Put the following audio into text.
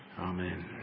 Amen